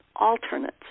alternates